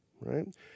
right